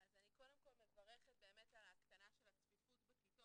אז אני קודם כל מברכת על ההקטנה של הצפיפות בכיתות.